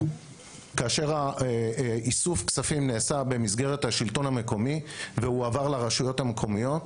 כאשר איסוף הכספים נעשה במסגרת השלטון המקומי והועבר לרשויות המקומיות,